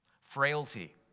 Frailty